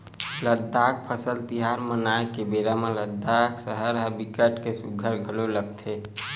लद्दाख फसल तिहार मनाए के बेरा म लद्दाख सहर ह बिकट के सुग्घर घलोक लगथे